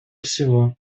всего